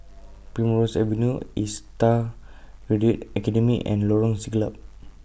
Primrose Avenue ASTAR Academy and Lorong Siglap